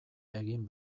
egin